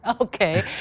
Okay